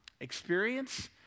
experience